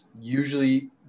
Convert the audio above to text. usually